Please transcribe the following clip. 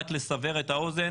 רק לסבר את האוזן,